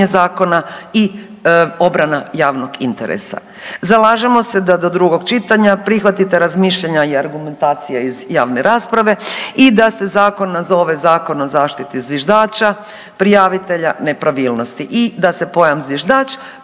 zakona i obrana javnog interesa. Zalažemo se da do drugog čitanja prihvatite razmišljanja i argumentacije iz javne rasprave i da se zakon nazove zakon o zaštiti zviždača prijavitelja nepravilnosti i da se pojam zviždač